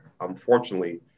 unfortunately